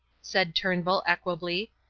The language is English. said turnbull, equably,